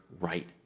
right